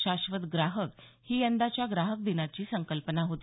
शाश्वत ग्राहक ही यंदाच्या ग्राहक दिनाची संकल्पना होती